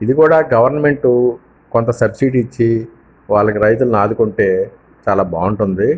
ఇది కూడా గవర్నమెంట్ కొంత సబ్సిడీ ఇచ్చి వాళ్ళకు రైతులను ఆదుకుంటే చాలా బాగుంటుంది